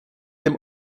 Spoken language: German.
dem